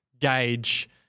gauge